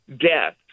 death